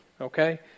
okay